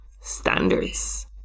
standards